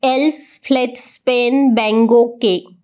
Elsfleth स्पेन बँंगोके